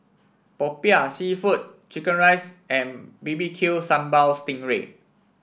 Popiah seafood chicken rice and B B Q Sambal Sting Ray